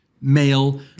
male